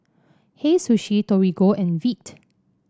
Hei Sushi Torigo and Veet